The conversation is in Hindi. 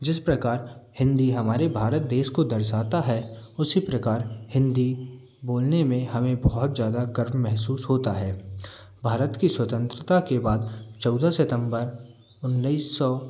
जिस प्रकार हिंदी हमारे भारत देश को दर्शाता है उसी प्रकार हिंदी बोलने में हमें बहुत ज़्यादा गर्व महसूस होता है भारत की स्वतंत्रता के बाद चौदह सितम्बर उन्नीस सौ